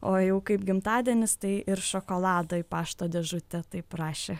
o jau kaip gimtadienis tai ir šokolado į pašto dėžutę taip rašė